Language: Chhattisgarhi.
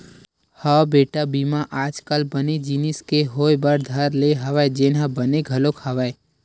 हव बेटा बीमा आज कल सबे जिनिस के होय बर धर ले हवय जेनहा बने घलोक हवय